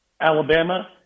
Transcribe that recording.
Alabama